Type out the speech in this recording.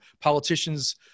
politicians